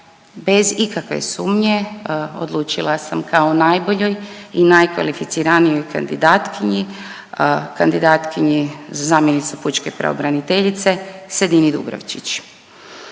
bez ikakve sumnje odlučila sam kao najboljoj i najkvalificiranijoj kandidatkinji, kandidatkinji za zamjenicu Pučke pravobraniteljice Sedini Dubravčić.